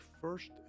first